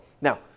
Now